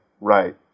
right